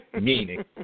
meaning